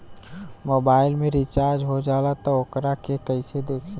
Mobile में recharge हो जाला त वोकरा के कइसे देखी?